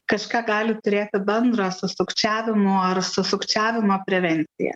kažką gali turėti bendra su sukčiavimo ar su sukčiavimo prevencija